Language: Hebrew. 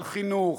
על חינוך,